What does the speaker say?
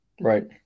Right